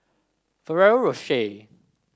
Ferrero Rocher